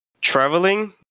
traveling